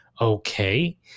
okay